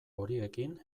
horiekin